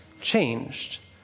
changed